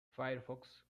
firefox